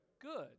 Good